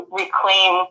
reclaim